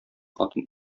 хатын